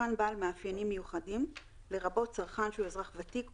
"צרכן בעל מאפיינים מיוחדים" לרבות צרכן שהוא אזרח ותיק,